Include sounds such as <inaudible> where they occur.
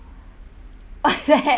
<laughs>